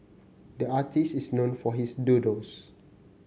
the artist is known for his doodles